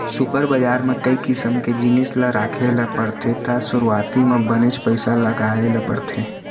super बजार म कई किसम के जिनिस ल राखे ल परथे त सुरूवाती म बनेच पइसा लगाय ल परथे